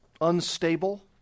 unstable